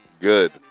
good